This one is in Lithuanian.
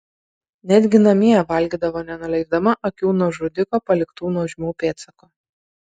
netgi namie valgydavo nenuleisdama akių nuo žudiko paliktų nuožmių pėdsakų